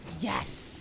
Yes